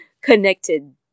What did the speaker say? connected